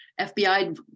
FBI